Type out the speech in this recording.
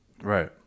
Right